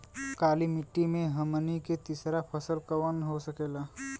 काली मिट्टी में हमनी के तीसरा फसल कवन हो सकेला?